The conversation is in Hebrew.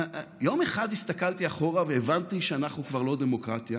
יום אחד הסתכלתי אחורה והבנתי שאנחנו כבר לא דמוקרטיה,